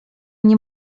nie